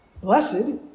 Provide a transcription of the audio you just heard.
Blessed